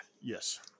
Yes